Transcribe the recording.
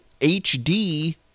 HD